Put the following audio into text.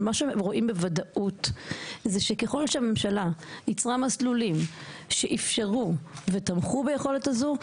אבל רואים בוודאות שככל שהממשלה ייצרה מסלולים שאפשרו ותמכו ביכולת הזו,